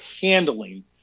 handling